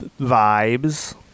vibes